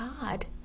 God